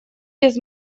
без